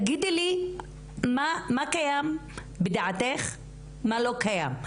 תגידי לי מה קיים בדעתך ומה לא קיים?